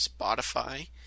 Spotify